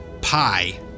pie